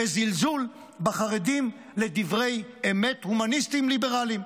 וזלזול בחרדים לדברי אמת הומניסטיים ליברליים.